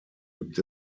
gibt